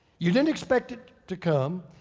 you didn't expect it to come.